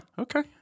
Okay